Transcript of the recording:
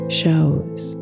shows